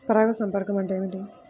పరాగ సంపర్కం అంటే ఏమిటి?